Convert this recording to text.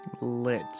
Lit